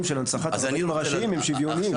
של הנצחת הרבנים הראשיים הם שוויוניים.